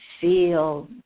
feel